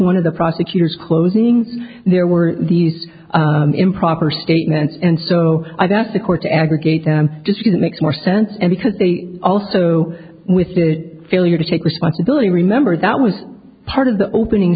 one of the prosecutors closing there were these improper statements and so i've asked the court to aggregate them to see that makes more sense and because they also with the failure to take responsibility remember that was part of the opening